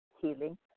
healing